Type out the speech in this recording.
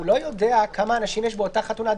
הוא לא יודע כמה אנשים יש באותה חתונה.